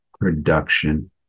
production